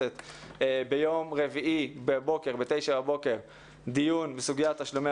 ביום רביעי בשעה 9:00 בבוקר אנחנו מקיימים דיון בסוגיית תשלומי